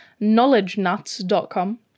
knowledgenuts.com